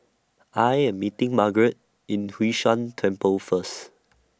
I Am meeting Margaret in Hwee San Temple First